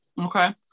Okay